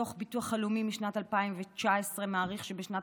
דוח ביטוח לאומי משנת 2019 מעריך שבשנת